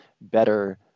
better